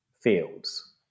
fields